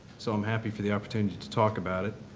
so i'm happy for the opportunity to talk about it.